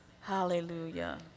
Hallelujah